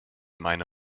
meine